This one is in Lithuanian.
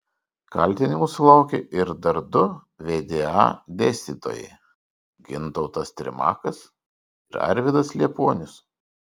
kaltinimų sulaukė ir dar du vda dėstytojai gintautas trimakas ir arvydas liepuonius